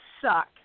suck